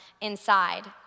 inside